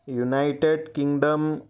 United Kingdom